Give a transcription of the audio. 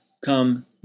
come